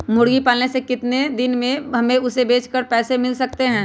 मुर्गी पालने से कितने दिन में हमें उसे बेचकर पैसे मिल सकते हैं?